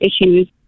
issues